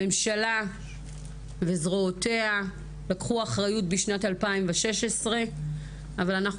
הממשלה וזרועותיה לקחו אחריות בשנת 2016 אבל אנחנו